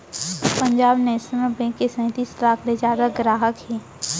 Punjab national bank के सैतीस लाख ले जादा गराहक हे